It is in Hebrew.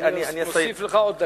אני מוסיף לך עוד דקה.